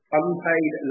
unpaid